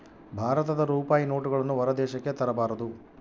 ಭಾರತದ ರೂಪಾಯಿ ನೋಟುಗಳನ್ನು ಹೊರ ದೇಶಕ್ಕೆ ತರಬಾರದು